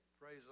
Praise